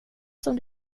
som